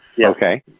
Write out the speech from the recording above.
Okay